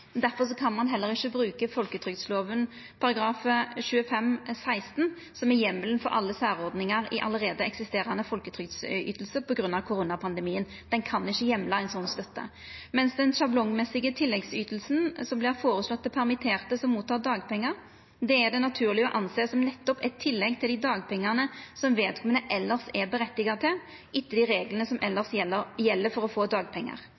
kan ein heller ikkje bruke folketrygdlova § 25-16, som er heimelen for alle særordningar i allereie eksisterande folketrygdytingar på grunn av koronapandemien. Han kan ikkje heimla ei slik støtte. Men den sjablongmessige tilleggsytinga som vert føreslått til permitterte som får dagpengar, er det naturleg å sjå på som nettopp eit tillegg til dei dagpengane som vedkomande elles har rett til, etter dei reglane som elles gjeld for å få dagpengar.